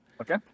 Okay